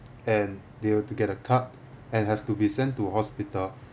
and they were to get a cut and have to be sent to hospital